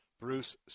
Bruce